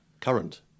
current